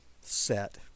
set